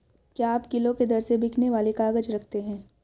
क्या आप किलो के दर से बिकने वाले काग़ज़ रखते हैं?